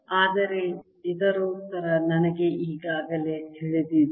ಆದರೆ ಇದರ ಉತ್ತರ ನನಗೆ ಈಗಾಗಲೇ ತಿಳಿದಿದೆ